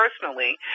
personally